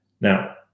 Now